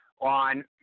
on